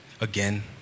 again